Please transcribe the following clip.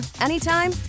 anytime